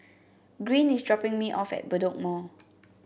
Green is dropping me off at Bedok Mall